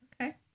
Okay